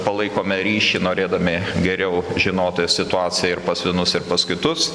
palaikome ryšį norėdami geriau žinoti situaciją ir pas vienus ir pas kitus